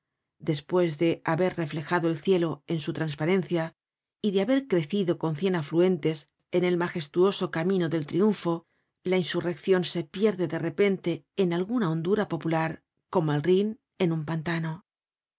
despues de haber reflejado el cielo en su trasparencia y de haber crecido con cien afluentes en el majestuoso camino del triunfo la insurreccion se pierde de repente en alguna hondura popular como el rhin en un pantano